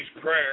prayer